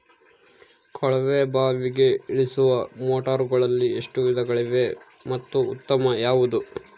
ಕೊಳವೆ ಬಾವಿಗೆ ಇಳಿಸುವ ಮೋಟಾರುಗಳಲ್ಲಿ ಎಷ್ಟು ವಿಧಗಳಿವೆ ಮತ್ತು ಉತ್ತಮ ಯಾವುದು?